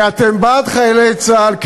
ואתם בעד חיילי צה"ל,